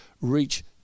reach